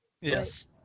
yes